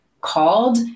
called